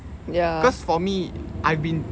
cause for me I've been